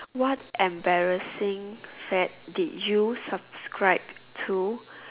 what embarrassing fad do you subscribed to